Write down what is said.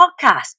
podcast